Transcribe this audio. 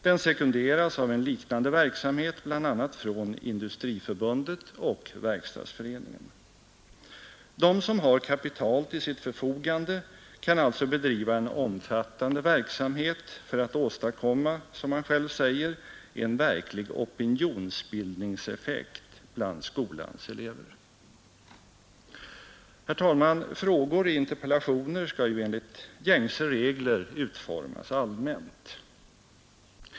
Den sekunderas av en liknande verksamhet, bl.a. från Industriförbundet och Verkstadsföreningen. De som har kapital till sitt förfogande kan alltså bedriva en omfattande verksamhet för att åstadkomma, som man själv säger, en verklig opinionsbildningseffekt bland skolans elever. Herr talman! Frågor i interpellationer skall ju enligt gängse regler utformas allmänt.